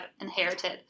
inherited